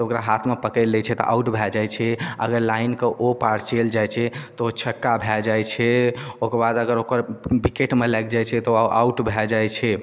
तऽ ओकरा हाथ मे पकड़ि लै छै तऽ आउट भऽ जाइ छै अगर लाइनके ओहि पार चैलि जाइ छै तऽ ओ छक्का भऽ जाइ छै ओकर बाद अगर ओकर बिकेट मे लागि जाइ छै तऽ अऽ आउट भऽ जाइ छै